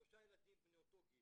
שלושה ילדים בני אותו גיל,